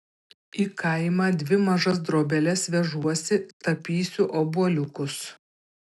į kaimą dvi mažas drobeles vežuosi tapysiu obuoliukus